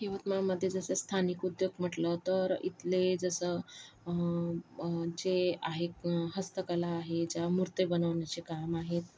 यवतमाळमध्ये जसं स्थानिक उद्योग म्हटलं तर इथले जसं जे आहेत हस्तकला आहे ज्या मुर्त्या बनवण्याचे काम आहे